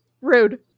Rude